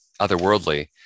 otherworldly